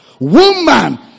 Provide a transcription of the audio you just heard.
Woman